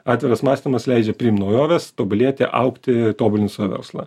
atviras mąstymas leidžia priimt naujoves tobulėti augti tobulint savo verslą